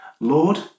Lord